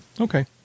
Okay